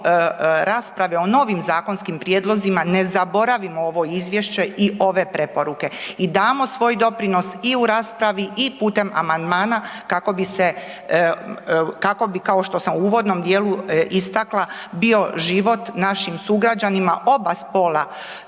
rasprave o novim zakonskim prijedlozima ne zaboravimo ovo izvješće i ove preporuke i damo svoj doprinos i u raspravi i putem amandmana kako bi kao što sam u uvodnom dijelu istakla bio život našim sugrađanima oba spola